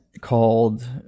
called